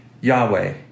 Yahweh